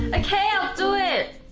ah ok i'll do it